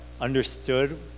understood